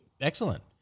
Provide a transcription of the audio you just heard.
Excellent